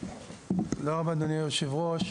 תודה רבה, אדוני היושב ראש.